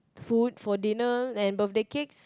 food for dinner and birthday cakes